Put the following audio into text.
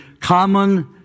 common